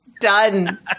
Done